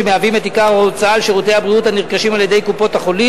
שמהווים את עיקר ההוצאה על שירותי הבריאות הנרכשים על-ידי קופות-החולים,